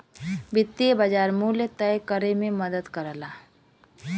वित्तीय बाज़ार मूल्य तय करे में मदद करला